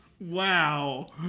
Wow